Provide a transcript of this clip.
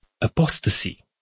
apostasy